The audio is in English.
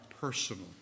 personal